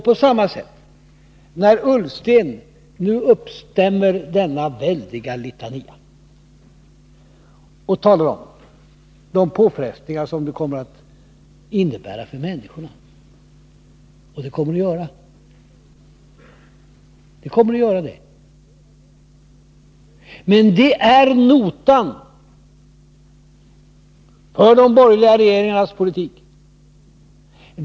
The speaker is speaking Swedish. På samma sätt är det när Ola Ullsten nu uppstämmer denna väldiga litania och talar om de påfrestningar som kommer att uppstå för människorna. Och sådana kommer att uppstå — men det är notan för de borgerliga regeringarnas politik.